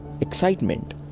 Excitement